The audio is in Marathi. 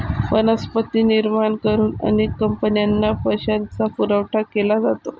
संपत्ती निर्माण करून अनेक कंपन्यांना पैशाचा पुरवठा केला जातो